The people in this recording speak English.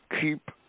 keep